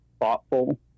thoughtful